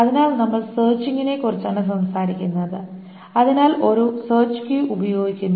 അതിനാൽ നമ്മൾ സെർച്ചിങ്ങിനെക്കുറിച്ചാണ് സംസാരിക്കുന്നത് അതിനാൽ ഒരു സെർച്ച് കീ ഉപയോഗിക്കുന്നു